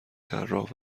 طراح